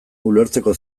ulertzeko